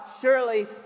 surely